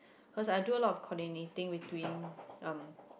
cause I do a lot of coordinating between um